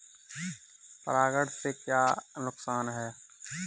परागण से क्या क्या नुकसान हैं?